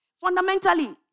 Fundamentally